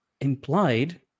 implied